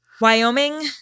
Wyoming